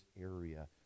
area